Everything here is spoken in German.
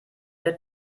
der